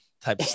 type